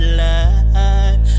life